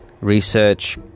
research